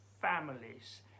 families